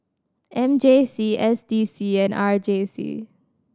M J C S D C and R J C